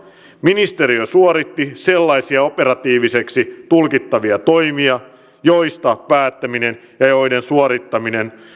ministeriö suoritti sellaisia operatiivisiksi tulkittavia toimia joista päättäminen ja joiden suorittaminen